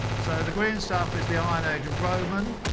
so the green stuff is the iron age of roman,